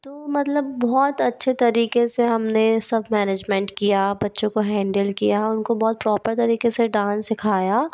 तो मतलब बहुत अच्छे तरीक़े से हम ने सब मैनेजमेंट किया बच्चों को हैंडेल किया और उनको बहुत प्रोपर तरीक़े से डांस सिखाया